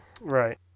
Right